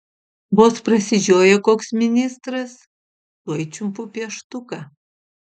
vos prasižioja koks ministras tuoj čiumpu pieštuką